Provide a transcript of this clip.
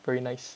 very nice